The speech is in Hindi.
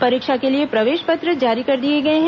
परीक्षा के लिए प्रवेश पत्र जारी कर दिए गए हैं